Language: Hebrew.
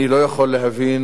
אני לא יכול להבין